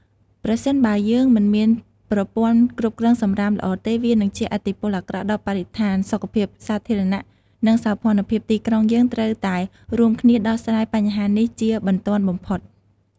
ប្រសិនបើយើងមិនមានប្រព័ន្ធគ្រប់គ្រងសំរាមល្អទេ វានឹងជះឥទ្ធិពលអាក្រក់ដល់បរិស្ថាន សុខភាពសាធារណៈ និងសោភ័ណភាពទីក្រុងយើងត្រូវតែរួមគ្នាដោះស្រាយបញ្ហានេះជាបន្ទាន់បំផុត។